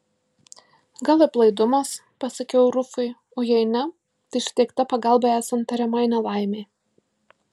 gal aplaidumas pasakiau rufui o jei ne tai suteikta pagalba esant tariamai nelaimei